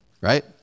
right